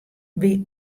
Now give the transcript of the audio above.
wie